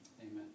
Amen